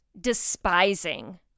despising